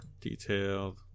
Detailed